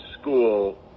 school